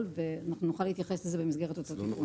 ונוכל להתייחס לכך במסגרת אותו תיקון.